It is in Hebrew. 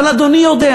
אבל אדוני יודע